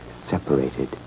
separated